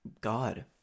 God